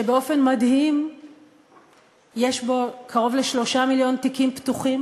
שבאופן מדהים יש בה קרוב ל-3 מיליון תיקים פתוחים